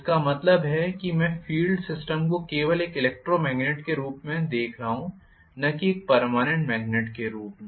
इसका मतलब है कि मैं फील्ड सिस्टम को केवल एक इलेक्ट्रोमैग्नेट के रूप में देख रहा हूं न कि एक पर्मनेंट मॅगनेट के रूप में